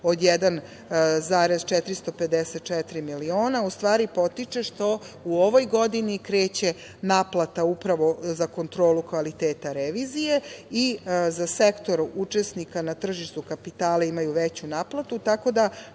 od 1,454 miliona u stvari potiče što u ovoj godini kreće naplata upravo za kontrolu kvaliteta revizije i za sektor učesnika na tržištu kapitala imaju veću naplatu. Tako da